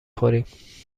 خوریم